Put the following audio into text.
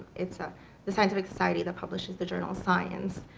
it's ah the scientific society that publishes the journal, science.